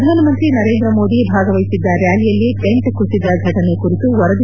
ಪ್ರಧಾನಮಂತ್ರಿ ನರೇಂದ್ರ ಮೋದಿ ಭಾಗವಹಿಸಿದ್ದ ರ್ನಾಲಿಯಲ್ಲಿ ಟೆಂಟ್ ಕುಸಿದ ಫಟನೆ ಕುರಿತು ವರದಿ